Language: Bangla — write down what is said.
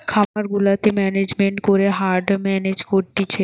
খামার গুলাতে ম্যানেজমেন্ট করে হার্ড মেনেজ করতিছে